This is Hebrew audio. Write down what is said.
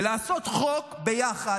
ולעשות חוק ביחד,